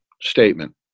statement